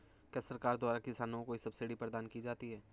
क्या सरकार द्वारा किसानों को कोई सब्सिडी प्रदान की जाती है?